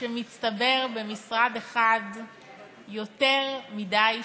שמצטבר במשרד אחד יותר מדי שנים.